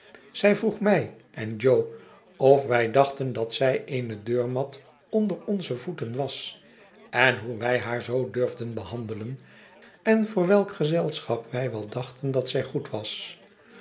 zij vroeg mij en jo of wij dachten dat zij eene deurmat onder onze voeten was en hoe wij haar zoo durfden behandelen en voor welk gezelschap wij wel dachten dat zij goed was